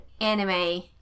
anime